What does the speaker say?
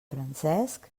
francesc